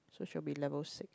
so should be level six